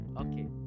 Okay